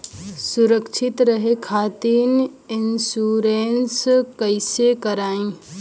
सुरक्षित रहे खातीर इन्शुरन्स कईसे करायी?